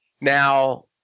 Now